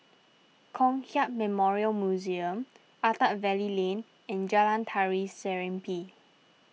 Kong Hiap Memorial Museum Attap Valley Lane and Jalan Tari Serimpi